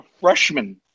freshman